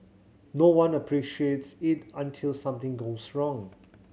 no one appreciates it until something goes wrong